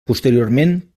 posteriorment